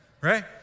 right